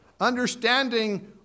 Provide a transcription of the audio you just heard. understanding